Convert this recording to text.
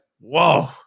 Whoa